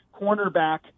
cornerback